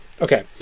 Okay